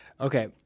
okay